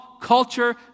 culture